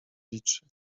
liczy